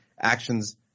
actions